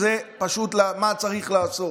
זה פשוט מה שצריך לעשות.